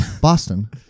Boston